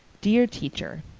dear teacher,